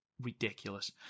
ridiculous